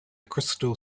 crystal